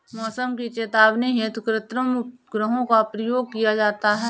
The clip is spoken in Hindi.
मौसम की चेतावनी हेतु कृत्रिम उपग्रहों का प्रयोग किया जाता है